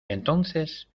entonces